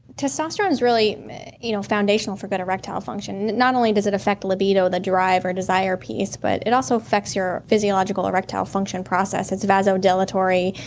testosterone is really you know foundational for good erectile function. not only does it affect libido, the drive or desire piece, but it also affects your physiological erectile function process. it's vasodilatory.